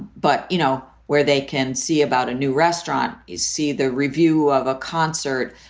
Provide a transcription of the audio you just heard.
but, you know, where they can see about a new restaurant is see the review of a concert,